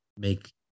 make